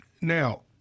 now